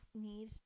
need